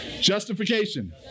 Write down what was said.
justification